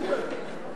רוצה לבקש: